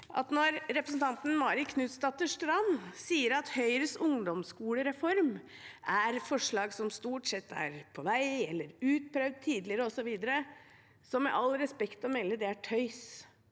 Når representanten Marit Knutsdatter Strand sier at Høyres ungdomsskolereform er forslag som stort sett er på vei eller utprøvd tidligere, osv., er det med respekt å melde tøys.